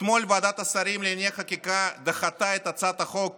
אתמול ועדת השרים לענייני חקיקה דחתה את הצעת החוק